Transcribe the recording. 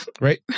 right